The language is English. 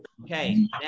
Okay